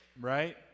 right